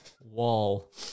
wall